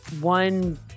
one